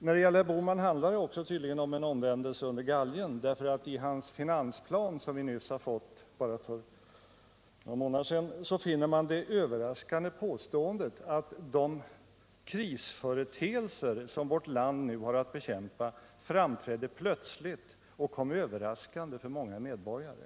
Vad herr Bohman beträffar handlar det tydligen också om en omvändelse under galgen, eftersom man i hans finansplan som vi fått bara för någon månad sedan finner det överraskande påståendet att de krisföreteelser som vårt land nu har att bekämpa framträdde plötsligt och kom överraskande för många medborgare.